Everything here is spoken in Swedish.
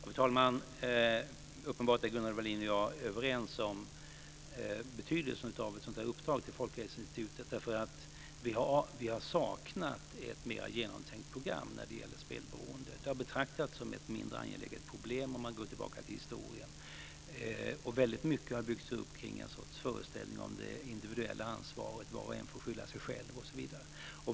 Fru talman! Uppenbarligen är Gunnel Wallin och jag överens om betydelsen av ett sådant här uppdrag till Folkhälsoinstitutet. Vi har saknat ett mer genomtänkt program när det gäller spelberoende. Det har betraktats som ett mindre angeläget problem om man går tillbaka till historien. Väldigt mycket har byggts upp omkring ett slags föreställning om det individuella ansvaret; var och en får skylla sig själv osv.